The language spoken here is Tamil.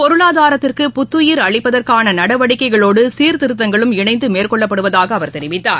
பொருளாதாரத்திற்கு புத்துயிர் அளிப்பதற்கான நடவடிக்கைளோடு சீர்திருத்தங்களும் இணந்து மேற்கொள்ளப்படுவதாக அவர் தெரிவித்தார்